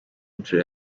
nshuro